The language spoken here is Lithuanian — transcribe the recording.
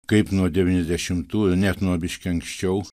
kaip nuo devyniasdešimtųjų net nuo biškį anksčiau